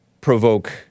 provoke